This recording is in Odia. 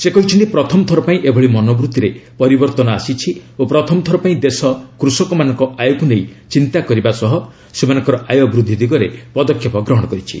ସେ କହିଛନ୍ତି ପ୍ରଥମଥର ପାଇଁ ଏଭଳି ମନୋବୃତ୍ତିରେ ପରିବର୍ତ୍ତନ ଆସିଛି ଓ ପ୍ରଥମଥର ପାଇଁ ଦେଶ କୃଷକମାନଙ୍କ ଆୟକୁ ନେଇ ଚିନ୍ତା କରିବା ସହ ସେମାନଙ୍କର ଆୟ ବୃଦ୍ଧି ଦିଗରେ ପଦକ୍ଷେପ ଗ୍ରହଣ କରିଛି